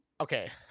okay